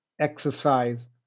exercise